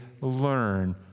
learn